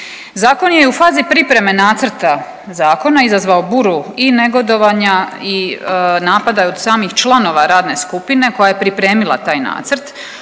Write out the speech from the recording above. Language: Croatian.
Zakon je u fazi pripreme nacrta zakona izazvao buru i negodovanja i napada od samih članova radne skupine koja je pripremila taj nacrt,